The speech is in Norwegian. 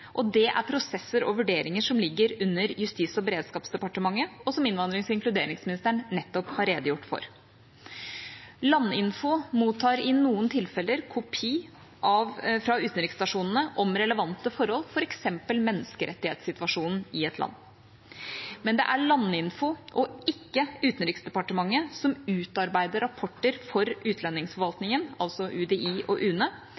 Det er prosesser og vurderinger som ligger under Justis- og beredskapsdepartementet, og som innvandrings- og inkluderingsministeren nettopp har redegjort for. Landinfo mottar i noen tilfeller kopi fra utenriksstasjonene om relevante forhold, f.eks. menneskerettighetssituasjonen i et land, men det er Landinfo og ikke Utenriksdepartementet som utarbeider rapporter for utlendingsforvaltningen, altså UDI og UNE,